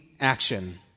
action